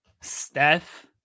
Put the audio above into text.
Steph